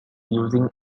using